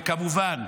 וכמובן,